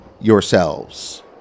yourselves